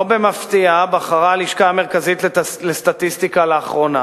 לא במפתיע בחרה הלשכה המרכזית לסטטיסטיקה לאחרונה